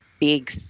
big